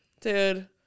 Dude